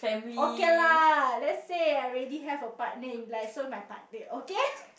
okay lah let's say I already have a partner in life so my partner okay